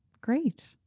Great